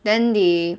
then they